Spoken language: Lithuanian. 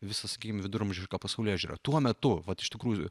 visą sakykim viduramžišką pasaulėžiūrą tuo metu vat iš tikrųjų